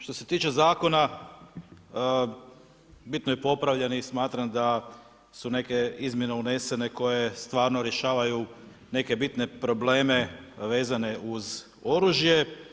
Što se tiče zakona bitno je popravljen i smatram da su neke izmjene unesene koje stvarno rješavaju neke bitne probleme vezane uz oružje.